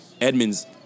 Edmonds